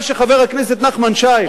מה שחבר הכנסת נחמן שי,